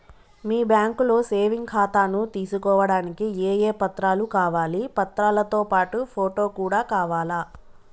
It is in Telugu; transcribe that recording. మీ బ్యాంకులో సేవింగ్ ఖాతాను తీసుకోవడానికి ఏ ఏ పత్రాలు కావాలి పత్రాలతో పాటు ఫోటో కూడా కావాలా?